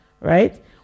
right